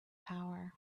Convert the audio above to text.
power